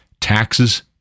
Taxes